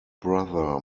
brother